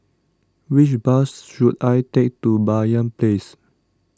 which bus should I take to Banyan Place